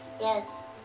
yes